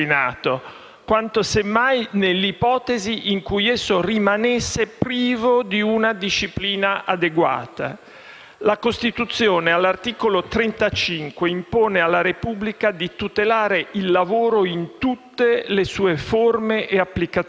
quanto semmai nell'ipotesi in cui esso rimanesse privo di una disciplina adeguata. La Costituzione, all'articolo 35, impone alla Repubblica di tutelare «il lavoro in tutte le sue forme e applicazioni»: